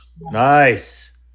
Nice